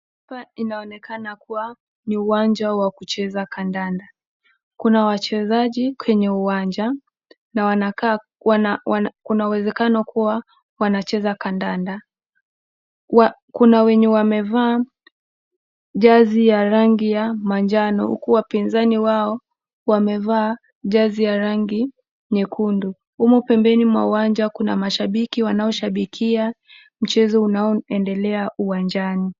Hapa inaonekana kuwa ni uwanja wa kucheza kandanda. Kuna wachezaji kwenye uwanja na kuna uwezekano kuwa wanacheza kandanda kuna wenye wamevaa jezi ya rangi ya manjano huku wapinzani wao wamevaa jezi ya rangi nyekundu. Humu pembeni mwa uwanja kuna mashabiki wanao shabikia mchezo unao endelea uwanjani.